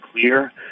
clear